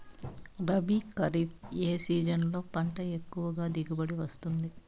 రబీ, ఖరీఫ్ ఏ సీజన్లలో పంట ఎక్కువగా దిగుబడి వస్తుంది